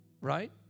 Right